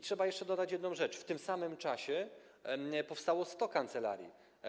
Trzeba jeszcze dodać jedną rzecz: w tym samym czasie powstało 100 kancelarii.